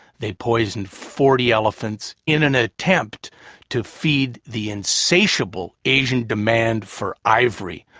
they poisoned forty elephants in an attempt to feed the insatiable asian demand for ivory,